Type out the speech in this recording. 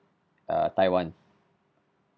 err taiwan